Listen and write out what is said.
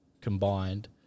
combined